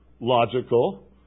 logical